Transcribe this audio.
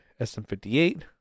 SM58